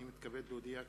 הנני מתכבד להודיע,